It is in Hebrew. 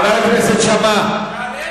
חבר הכנסת שאמה.